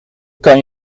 kan